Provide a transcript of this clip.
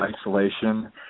isolation